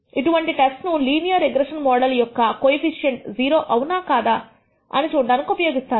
ఇటువంటి టెస్ట్ తను linear regression model యొక్క కోయిఫీషీయంట్ 0 అవునా కాదా అని చూడడానికి ఉపయోగిస్తారు